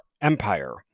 Empire